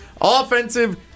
offensive